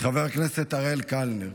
אריאל קלנר.